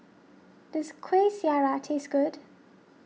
does Kuih Syara taste good